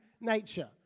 nature